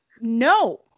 No